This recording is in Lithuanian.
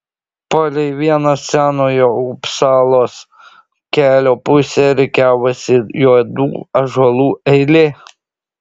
palei vieną senojo upsalos kelio pusę rikiavosi juodų ąžuolų eilė